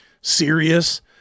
serious